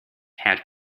had